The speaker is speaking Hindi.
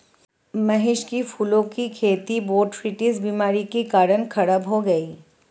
महेश के फूलों की खेती बोटरीटिस बीमारी के कारण खराब हो गई